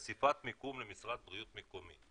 ונתן חשיפת מיקום למשרד הבריאות המקומי.